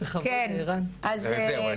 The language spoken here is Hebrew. כן, אז עו"ד ערן